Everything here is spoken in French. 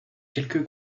quelques